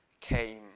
came